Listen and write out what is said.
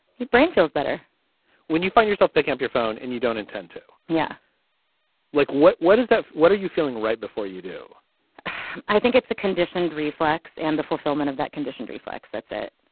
he brain feels better when you find yourself picking up your phone and you don't intend to. yeah like what. what does that. what are you feeling right before you do i think it's a conditioned reflex and the fulfillment of that conditioned reflex. that's it.